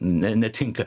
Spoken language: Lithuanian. ne netinka